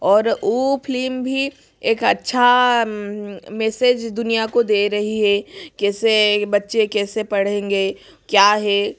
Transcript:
और वो फ्लिम भी एक अच्छा मेसेज दुनिया को दे रही है कैसे एक बच्चे कैसे पढ़ेंगे क्या है